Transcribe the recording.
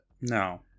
No